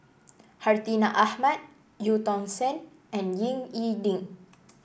Hartinah Ahmad Eu Tong Sen and Ying E Ding